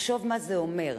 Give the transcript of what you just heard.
תחשוב מה זה אומר: